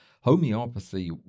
homeopathy